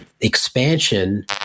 expansion